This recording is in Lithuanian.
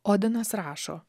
odinas rašo